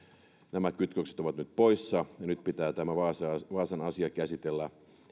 nämä kytkökset ovat nyt poissa ja nyt pitää tämä vaasan asia käsitellä